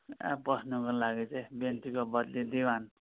ए बस्नुको लागि चाहिँ बेन्चीको बद्ली दिवान